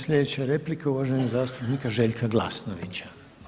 Sljedeća replika uvaženog zastupnika Željka Glasnovića.